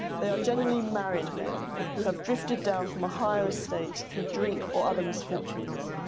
they are generally married men who have drifted down from a higher estate through drink or other misfortunes.